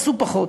עשו פחות.